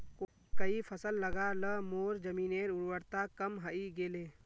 कई फसल लगा ल मोर जमीनेर उर्वरता कम हई गेले